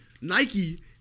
Nike